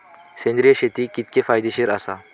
सेंद्रिय शेती कितकी फायदेशीर आसा?